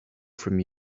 from